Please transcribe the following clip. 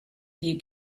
you